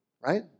right